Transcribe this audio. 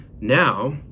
Now